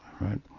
Right